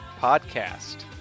podcast